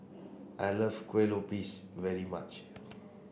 I love Kuih Lopes very much